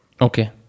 Okay